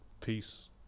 Peace